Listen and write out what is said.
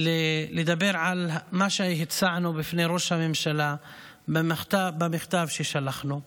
אדבר על מה שהצענו בפני ראש הממשלה במכתב ששלחנו בפניו.